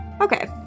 Okay